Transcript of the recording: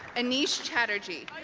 anish chatterjee